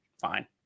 fine